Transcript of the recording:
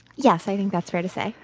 yes, i think that's fair to say.